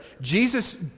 Jesus